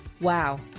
Wow